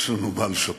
יש לנו מה לשפר.